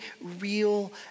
real